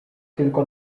tylko